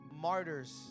martyrs